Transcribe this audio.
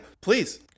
Please